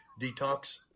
detox